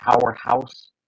powerhouse